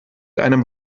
einem